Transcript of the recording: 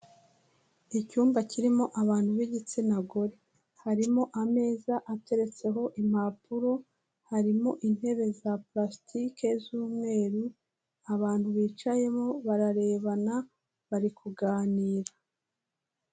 Icyumba kirimo abantu b'igitsina gore, harimo ameza ateretseho impapuro, harimo intebe za parasitike z'umweru, abantu bicayemo bararebana bari kuganira.